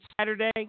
Saturday